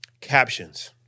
Captions